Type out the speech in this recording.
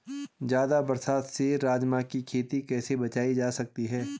ज़्यादा बरसात से राजमा की खेती कैसी बचायी जा सकती है?